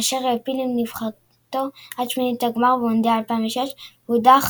כאשר העפיל עם נבחרתו עד שמינית הגמר במונדיאל 2006 והודח